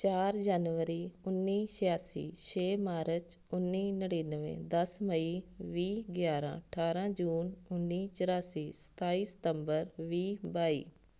ਚਾਰ ਜਨਵਰੀ ਉੱਨੀ ਛਿਆਸੀ ਛੇ ਮਾਰਚ ਉੱਨੀ ਨੜ੍ਹਿਨਵੇਂ ਦਸ ਮਈ ਵੀਹ ਗਿਆਰਾਂ ਅਠਾਰਾਂ ਜੂਨ ਉੱਨੀ ਚੁਰਾਸੀ ਸਤਾਈ ਸਤੰਬਰ ਵੀਹ ਬਾਈ